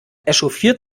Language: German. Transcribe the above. echauffiert